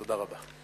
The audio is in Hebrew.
תודה רבה.